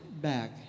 back